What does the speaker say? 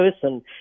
person